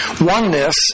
Oneness